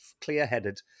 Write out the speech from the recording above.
clear-headed